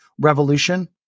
revolution